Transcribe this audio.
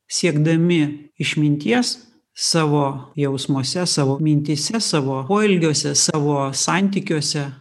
siekdami išminties savo jausmuose savo mintyse savo poelgiuose savo santykiuose